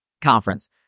Conference